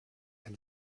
ein